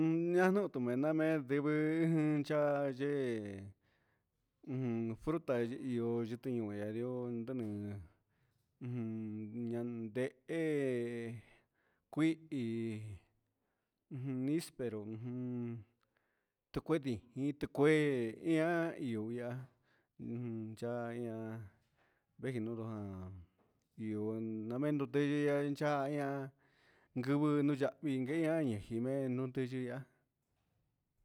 Iin ña'a nu tumena me'e ndevee cha' enya'a yee, uun fruta ihó nronio ujun ñande'e, ku'i, un mispero un tunguedii iin tu kué ihá ihó ya'a ujun cha'ña njinuduu há ihó namendo tiandea ha enchaña ngungu non yavii ngueñimeno'o nruyi'a.